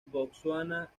botsuana